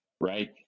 right